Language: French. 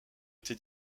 été